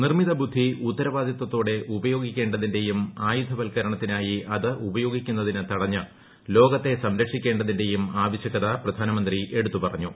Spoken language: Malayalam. നിർമ്മിതബുദ്ധി ഉത്തരവാദിത്തത്തോടെ ഉപയോഗിക്കേണ്ടതിന്റെയും ആയുധവൽക്കരണത്തിനായി അത് ഉപയോഗിക്കുന്നതിനെ തടഞ്ഞ് ലോകത്തെ സംരക്ഷിക്കേണ്ടതിന്റെയും ആവശ്യകത പ്രധാനമന്ത്രി എടുത്തുപറഞ്ഞു